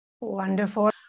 Wonderful